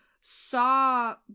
saw